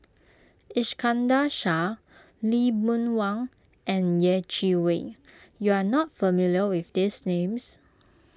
Iskandar Shah Lee Boon Wang and Yeh Chi Wei you are not familiar with these names